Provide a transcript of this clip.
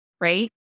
right